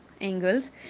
angles